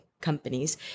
companies